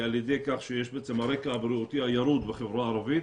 על ידי כך שיש רקע בריאותי ירוד בחברה הערבית,